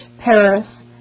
Paris